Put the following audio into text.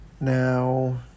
Now